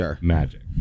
magic